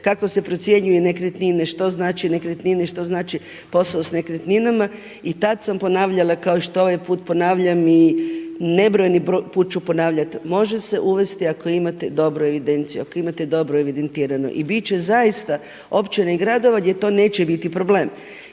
kako se procjenjuju nekretnine, što znači nekretnine, što znači posao s nekretninama. I tad sam ponavljala kao što i ovaj put ponavljam i nebrojeni put ću ponavljati. Može se uvesti ako imate dobru evidenciju, ako imate dobro evidentirano. I bit će zaista općina i gradova gdje to neće biti problem.